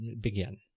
begin